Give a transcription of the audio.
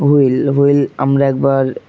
wheel wheel আমরা একবার